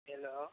hello